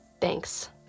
Thanks